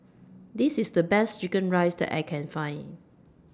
This IS The Best Chicken Rice that I Can Find